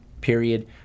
period